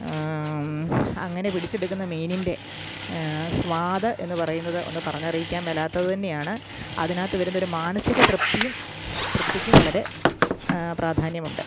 അങ്ങനെ പിടിച്ചെടുക്കുന്ന മീനിൻ്റെ സ്വാദ് എന്നു പറയുന്നത് ഒന്ന് പറഞ്ഞറിയിക്കാൻ മേലാത്തത് തന്നെയാണ് അതിനകത്ത് വരുന്നൊരു മാനസിക തൃപ്തിയും തൃപ്തിക്കും വളരെ പ്രാധാന്യമുണ്ട്